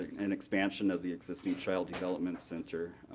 an expansion of the existing child development center.